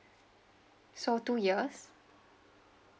so two years